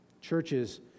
Churches